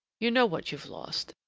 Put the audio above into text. you know what you've lost,